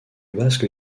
basque